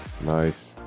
Nice